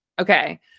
Okay